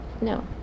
no